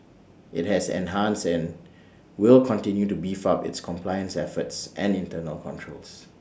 IT has enhanced and will continue to beef up its compliance efforts and internal controls